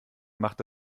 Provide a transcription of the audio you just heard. machte